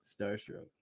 starstruck